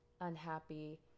unhappy